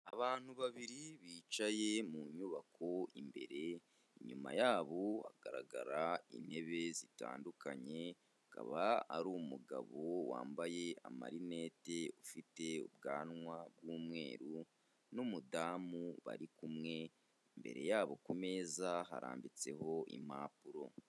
Abantu babiri bicaye mu nyubako imbere, inyuma yabo hagaragara intebe zitandukanye, akaba ari umugabo wambaye amarinete ufite ubwanwa b'umweru n'umudamu barikumwe, imbere yabo kumeza harambitseho impapuro.